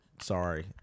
sorry